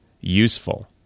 Useful